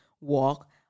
walk